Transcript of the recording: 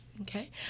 Okay